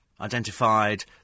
identified